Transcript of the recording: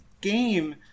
game